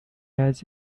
has